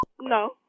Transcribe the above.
No